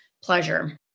pleasure